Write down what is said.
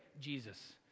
Jesus